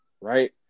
right